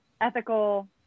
ethical